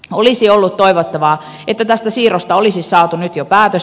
olisi ollut toivottavaa että tästä siirrosta olisi saatu nyt jo päätös